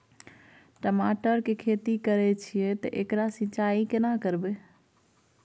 टमाटर की खेती करे छिये ते एकरा सिंचाई केना करबै?